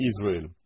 Israel